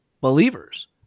believers